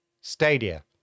Stadia